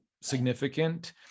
significant